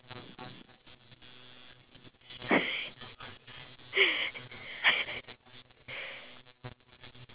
ya it's huge it's like a life-size of like a human poo and I rather not do that